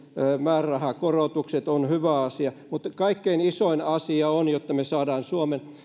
määrärahakorotukset on hyvä asia mutta kaikkein isoin asia jotta me saamme suomen